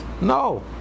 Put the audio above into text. No